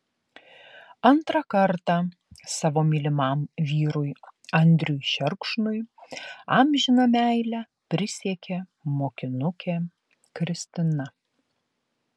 antrą kartą savo mylimam vyrui andriui šerkšnui amžiną meilę prisiekė mokinukė kristina